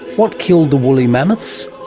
what killed the woolly mammoths,